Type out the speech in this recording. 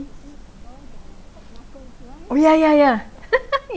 oh ya ya ya